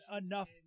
enough